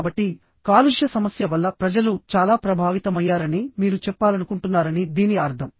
కాబట్టి కాలుష్య సమస్య వల్ల ప్రజలు చాలా ప్రభావితమయ్యారని మీరు చెప్పాలనుకుంటున్నారని దీని అర్థం